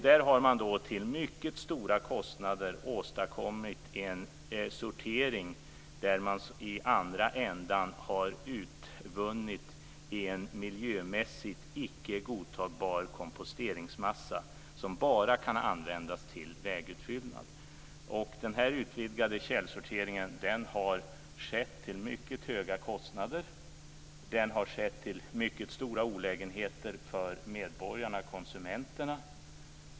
Där har man till mycket stora kostnader åstadkommit en sortering där man i andra ändan har utvunnit en miljömässigt icke godtagbar komposteringsmassa som bara kan användas till vägutfyllnad. Den utvidgade källsorteringen har skett till mycket höga kostnader och med mycket stora olägenheter för medborgarna, konsumenterna.